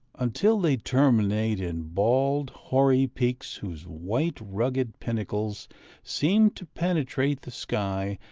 until they terminate in bald, hoary peaks whose white rugged pinnacles seem to penetrate the sky,